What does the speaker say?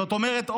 זאת אומרת,